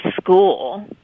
school